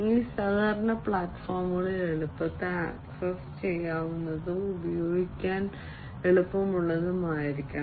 ഈ സഹകരണ പ്ലാറ്റ്ഫോമുകൾ എളുപ്പത്തിൽ ആക്സസ് ചെയ്യാവുന്നതും ഉപയോഗിക്കാൻ എളുപ്പമുള്ളതുമായിരിക്കണം